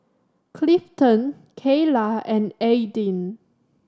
Clifton Kayla and Aidyn